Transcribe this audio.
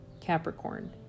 Capricorn